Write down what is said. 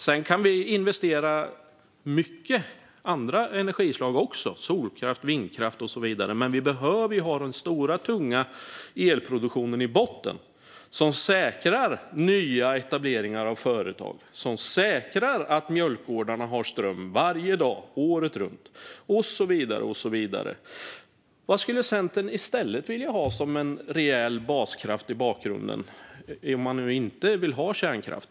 Sedan kan vi investera mycket även i andra energislag - solkraft, vindkraft och så vidare - men vi behöver ha den stora och tunga elproduktionen i botten. Det är den som säkrar nya etableringar av företag, som säkrar att mjölkgårdarna har ström varje dag året runt och så vidare. Vad skulle Centern i stället vilja ha som en rejäl baskraft i bakgrunden, om man nu inte vill ha kärnkraft?